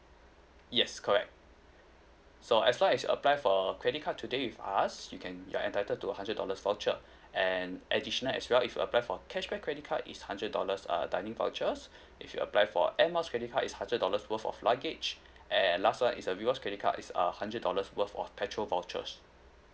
yes correct so as long as you apply for a credit card today with us you can you're entitled to a hundred dollars voucher and additional as well if you apply for cashback credit card is hundred dollars err dining vouchers if you apply for Air Miles credit card is hundred dollars worth of luggage eh last one is a rewards credit card is a hundred dollars worth of petrol vouchers